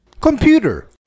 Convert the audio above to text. Computer